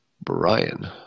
Brian